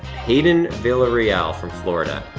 hayden villarreal from florida,